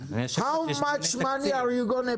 כמה שקלים ילכו